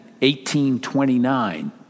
1829